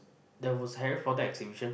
there was Harry-Potter exhibition